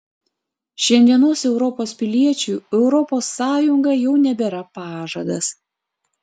šiandienos europos piliečiui europos sąjunga jau nebėra pažadas